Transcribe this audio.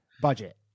Budget